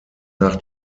nach